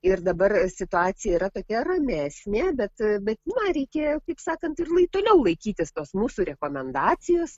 ir dabar situacija yra tokia ramesmė bet bet man reikėjo kaip sakant ir lai toliau laikytis tos mūsų rekomendacijos